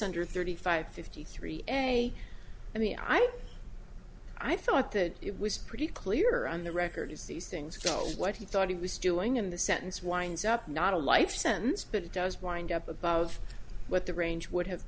under thirty five fifty three anyway i i mean i thought that it was pretty clear on the record as these things go what he thought he was doing in the sentence winds up not a life sentence but it does wind up above what the range would have